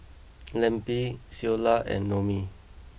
Lempi Ceola and Noemie